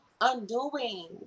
undoing